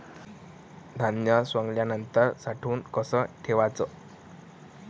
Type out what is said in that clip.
धान्य सवंगल्यावर साठवून कस ठेवाच?